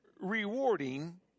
rewarding